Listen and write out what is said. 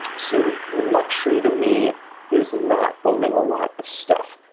so, luxury to me is not owning a lot of stuff.